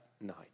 night